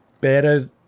better